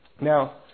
Now